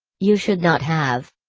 you should not have.